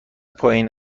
پایین